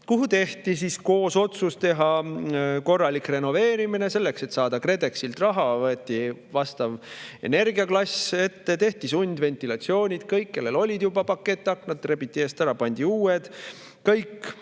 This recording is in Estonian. kuhu tehti koos otsus teha korralik renoveerimine. Selleks, et saada KredExilt raha, võeti vastav energiaklass ette, tehti sundventilatsioonid. Kõigil, kellel juba olid pakettaknad, rebiti need eest ära, pandi uued. Kõik,